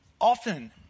Often